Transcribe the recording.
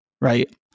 right